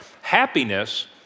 Happiness